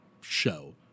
show